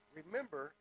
Remember